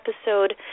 episode